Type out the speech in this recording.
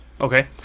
Okay